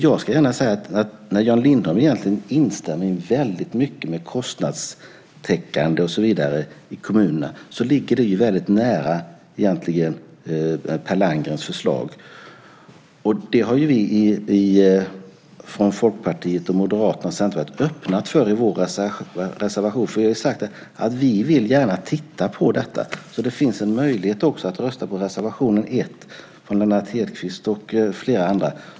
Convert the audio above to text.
Jag ska gärna säga att när Jan Lindholm instämmer i väldigt mycket när det gäller kostnadstäckning och så vidare i kommunerna ligger det egentligen väldigt nära Per Landgrens förslag. Det har Folkpartiet, Moderaterna och Centerpartiet öppnat för i vår reservation. Vi har ju sagt att vi gärna vill titta på detta. Det finns också en möjlighet att rösta på reservation 1 från Lennart Hedquist och flera andra.